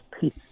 peace